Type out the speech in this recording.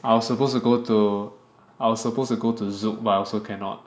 I was supposed to go to I was supposed to go to Zouk but I also cannot